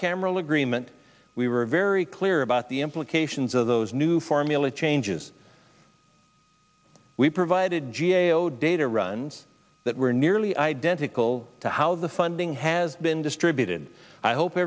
agreement we were very clear about the implications of those new formula changes we provided g a o data runs that were new early identical to how the funding has been distributed i hope